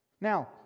Now